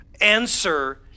answer